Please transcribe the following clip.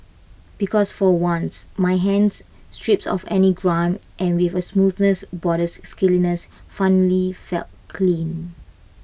because for once my hands stripped of any grime and with A smoothness borders scaliness finally felt clean